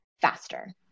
faster